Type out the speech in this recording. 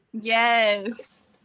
Yes